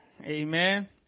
Amen